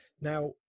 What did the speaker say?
Now